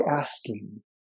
asking